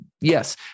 yes